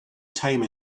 time